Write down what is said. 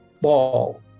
ball